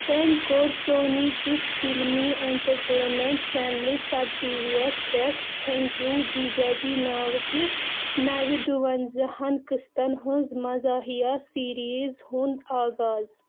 تٔمۍ كوٚر سونی کِس فلمی انٹرٹینمٮ۪نٛٹ چینٛلہِ سب ٹی وی یَس پٮ۪ٹھ تھینک یوٗ جیٖجاجی ناوٕکہِ نوِ دووَنٛزاہَن قٕسطن ہٕنٛزِ مزاحیہِ سیریٖزِ ہُنٛد آغاز